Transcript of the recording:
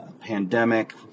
Pandemic